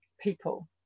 people